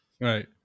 Right